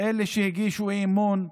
אלה שהגישו אי-אמון,